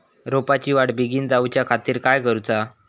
रोपाची वाढ बिगीन जाऊच्या खातीर काय करुचा?